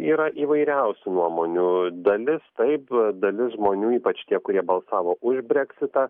yra įvairiausių nuomonių dalis taip dalis žmonių ypač tie kurie balsavo už brexitą